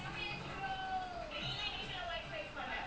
like the whole class lah saw that he cry or just you all only